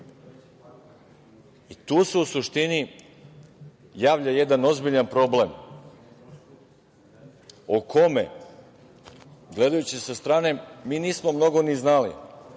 se u suštini javlja jedan ozbiljan problem o kome, gledajući sa strane mi nismo mnogo znali.